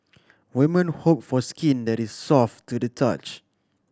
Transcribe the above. women hope for skin that is soft to the touch